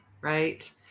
right